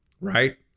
right